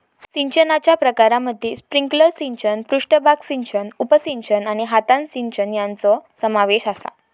सिंचनाच्या प्रकारांमध्ये स्प्रिंकलर सिंचन, पृष्ठभाग सिंचन, उपसिंचन आणि हातान सिंचन यांचो समावेश आसा